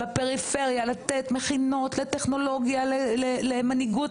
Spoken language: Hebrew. בפריפריה לתת מכינות לטכנולוגיה, למנהיגות,